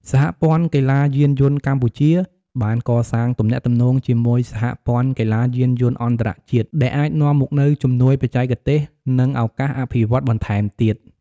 សហព័ន្ធកីឡាយានយន្តកម្ពុជា បានកសាងទំនាក់ទំនងជាមួយសហព័ន្ធកីឡាយានយន្តអន្តរជាតិ ដែលអាចនាំមកនូវជំនួយបច្ចេកទេស និងឱកាសអភិវឌ្ឍបន្ថែមទៀត។